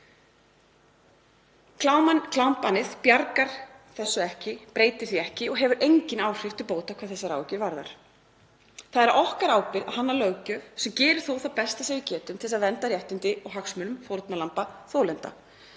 Klámbannið bjargar þessu ekki, breytir því ekki og hefur engin áhrif til bóta hvað þessar áhyggjur varðar. Það er á okkar ábyrgð að hanna löggjöf sem gerir þó það besta sem við getum til þess að vernda réttindi og hagsmuni fórnarlamba, þolenda.